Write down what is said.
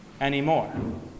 anymore